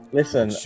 listen